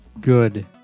good